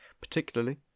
particularly